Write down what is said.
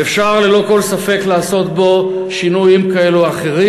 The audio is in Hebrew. ואפשר ללא כל ספק לעשות בו שינויים כאלה או אחרים.